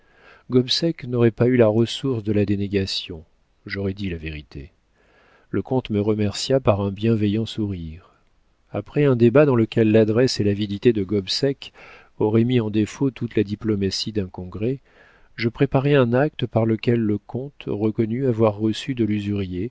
gobseck n'aurait pas eu la ressource de la dénégation j'aurais dit la vérité le comte me remercia par un bienveillant sourire après un débat dans lequel l'adresse et l'avidité de gobseck auraient mis en défaut toute la diplomatie d'un congrès je préparai un acte par lequel le comte reconnut avoir reçu de